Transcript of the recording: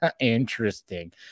Interesting